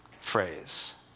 phrase